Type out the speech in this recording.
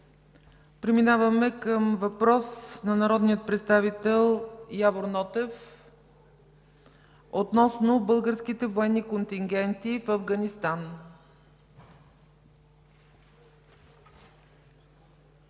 Преминаваме към въпрос от народния представител Явор Нотев относно българските военни контингенти в Афганистан.